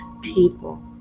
people